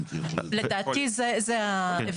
לדעתי זה ההבדל.